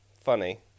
funny